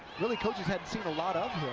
really coaches hadn't seen a lot of